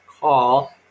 call